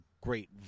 great